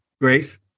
Grace